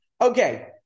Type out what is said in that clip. Okay